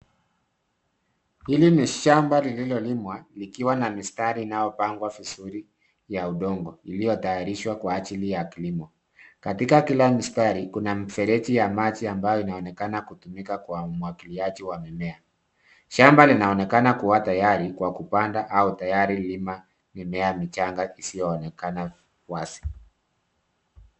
Hili ni shamba lililolimwa likiwa na mistari inayopangwa vizuri ya udongo iliyotayarishwa kwa ajili ya kilimo. Katika kila mstari kuna mfereji ya maji ambayo inaonekana kutumika kwa umwagiliaji wa mimea. Shamba linaonekana kuwa tayari kwa kupanda au tayari lima mimea michanga isiyoonekana wazi.